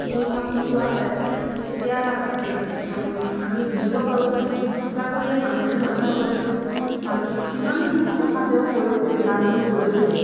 মূলভাৱটো চোৱা হয় তেতিয়া দেখি আমি বুজিব পাৰোঁ যে সঁচাকৈয়ে মানুহে মানুহৰ বাবে গানটোত কিমানখিনি কথা তেওঁ কৈ গৈছে গানটোৰ জৰিয়তে